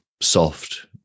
soft